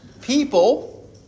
people